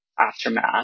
aftermath